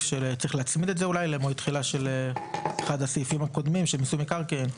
צריך להצמיד את זה לאחד הסעיפים הקודמים של מיסוי מקרקעין.